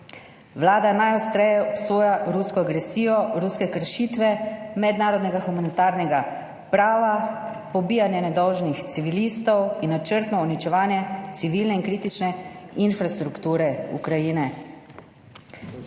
Vlada najostreje obsoja rusko agresijo, ruske kršitve mednarodnega humanitarnega prava, pobijanje nedolžnih civilistov in načrtno uničevanje civilne in kritične infrastrukture Ukrajine.